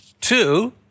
Two